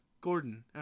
Gordon